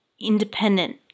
independent